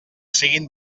siguen